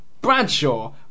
Bradshaw